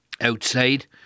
Outside